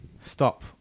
stop